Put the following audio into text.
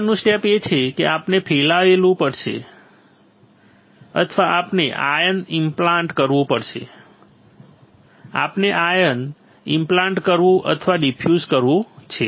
આગળનું સ્ટેપ એ છે કે આપણે ફેલાવવું પડશે અથવા આપણે આયન ઇમ્પ્લાન્ટ કરવું પડશે જે આપણે આયન ઇમ્પ્લાન્ટ કરવું અથવા ડિફ્યુઝ કરવું છે